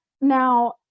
Now